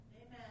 Amen